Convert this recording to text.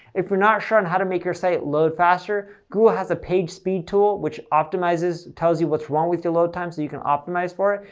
if you're not sure on how to make your site load faster, google has a page speed tool which optimizes, tells you what's wrong with your load time so you can optimize for it,